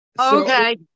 Okay